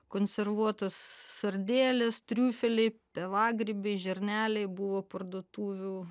konservuotos sardelės triufeliai pievagrybiai žirneliai buvo parduotuvių